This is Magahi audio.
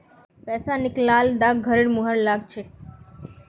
पैसा निकला ल डाकघरेर मुहर लाग छेक